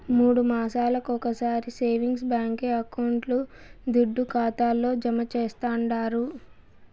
మూడు మాసాలొకొకసారి సేవింగ్స్ బాంకీ అకౌంట్ల దుడ్డు ఖాతాల్లో జమా చేస్తండారు